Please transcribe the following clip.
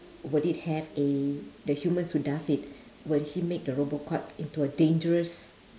would it have a the humans who does it will he make the robot cops into a dangerous